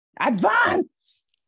advance